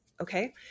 okay